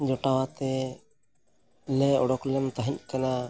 ᱡᱚᱴᱟᱣ ᱟᱛᱮᱫ ᱞᱮ ᱚᱰᱳᱠ ᱞᱮᱱ ᱛᱟᱦᱮᱸᱫ ᱠᱟᱱᱟ